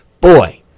boy